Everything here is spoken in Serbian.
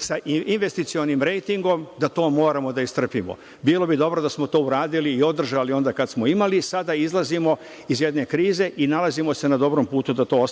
sa investicionim rejtingom, da to moramo da istrpimo. Bilo bi dobro da smo to uradili i održali onda kad smo imali. Sada izlazimo iz jedne krize i nalazimo se na dobrom putu da to